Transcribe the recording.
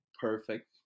perfect